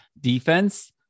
defense